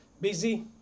busy